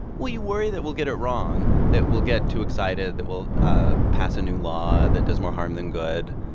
you worry that we'll get it wrong, that we'll get too excited, that we'll ah pass a new law that does more harm than good,